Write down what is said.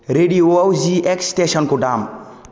रेडिय'आव जिएक्स स्टेसनखौ दाम